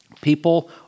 People